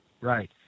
Right